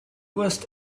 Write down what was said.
worst